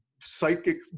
psychic